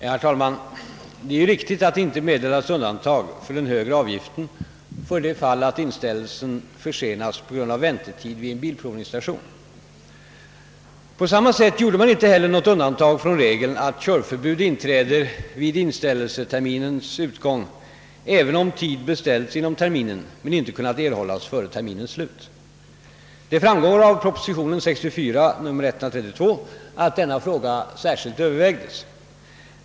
Herr talman! Det är riktigt att det inte meddelas undantag från den högre avgiften i det fall att inställelsen försenas på grund av väntetid vid en bilprovningsstation. På samma sätt gjorde man inte heller något undantag från regeln att körförbud inträder vid inställelseterminens utgång, även om tid beställts inom terminen men inte kunnat erhållas före dess slut. Det framgår av proposition nr 132 år 1964, att denna fråga särskilt övervägdes.